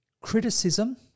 Criticism